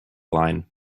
line